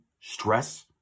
stress